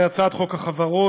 הצעת חוק החברות,